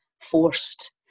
forced